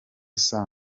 saa